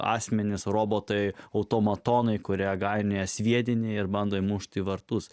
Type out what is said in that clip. asmenys robotai automatonai kurią gainiojasi sviedinį ir bando įmušti vartus